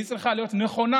היא צריכה להיות נכונה